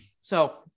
So-